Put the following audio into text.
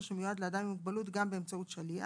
שמיועד לאדם עם מוגבלות גם באמצעות שליח.